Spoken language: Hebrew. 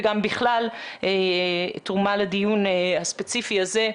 וגם בכלל תרומה לדיון הספציפי הזה,